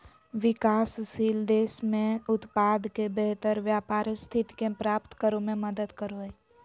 विकासशील देश में उत्पाद के बेहतर व्यापार स्थिति के प्राप्त करो में मदद करो हइ